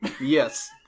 Yes